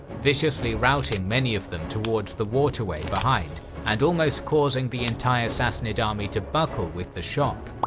viciously routing many of them towards the waterway behind and almost causing the entire sassanid army to buckle with the shock.